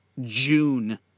June